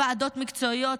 לוועדות מקצועיות,